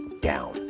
down